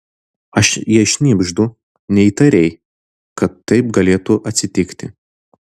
aš jai šnibždu neįtarei kad taip galėtų atsitikti